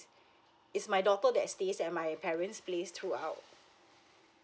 it's my daughter that stays at my parents' place throughout